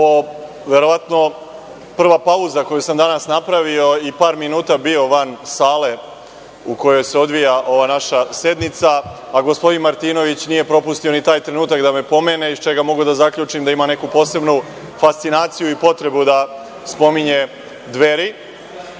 evo, verovatno prva pauza koju sam danas napravio i par minuta bio van sale u kojoj se odvija ova naša sednica, a gospodin Martinović nije propustio ni taj trenutak da me pomene, iz čega mogu da zaključim da ima neku posebnu fascinaciju i potrebu da spominje Dveri.